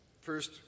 first